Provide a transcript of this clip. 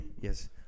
Yes